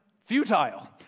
Futile